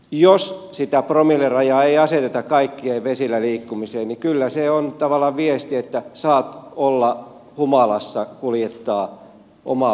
jos sitä promillerajaa ei aseteta kaikkeen vesillä liikkumiseen niin kyllä se on tavallaan viesti että saa humalassa kuljettaa omaa venettään